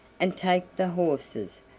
and take the horses,